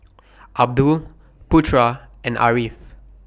Abdul Putra and Ariff